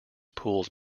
pools